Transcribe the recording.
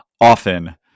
often